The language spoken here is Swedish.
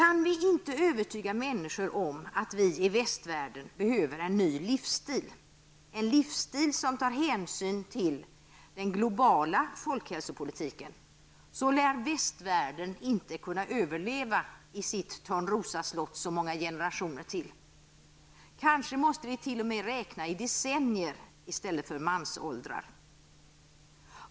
Om vi inte kan övertyga människor om att vi i västvärlden behöver en ny livsstil, en livsstil som innebär att man tar hänsyn till den globala folkhälsopolitiken, lär västvärlden inte kunna överleva i sitt Törnrosaslott så många generationer till. Kanske måste vi t.o.m. räkna i decennier i stället för mansåldrar.